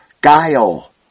guile